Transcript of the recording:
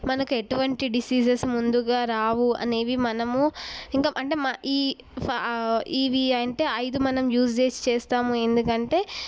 మనకి ఎటువంటి డిసీజెస్ ముందుగా రావు అనేవి మనము ఇంకా అంటే మనం ఈ ఇవి అంటే ఐదు మనం యూస్ చేసి చేస్తాము ఎందుకంటే